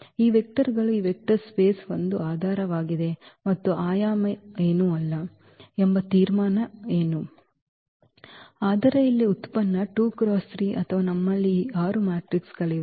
ಈ ವೆಕ್ಟರ್ಗಳು ಈ ವೆಕ್ಟರ್ ಸ್ಪೇಸ್ಕ್ಕೆ ಒಂದು ಆಧಾರವಾಗಿದೆ ಮತ್ತು ಆಯಾಮ ಏನೂ ಅಲ್ಲ ಎಂಬ ತೀರ್ಮಾನ ಏನು ಆದರೆ ಇಲ್ಲಿ ಉತ್ಪನ್ನ 2 × 3 ಅಥವಾ ನಮ್ಮಲ್ಲಿ ಈ 6 ಮ್ಯಾಟ್ರಿಕ್ಗಳಿವೆ